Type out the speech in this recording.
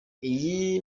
iyi